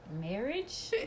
marriage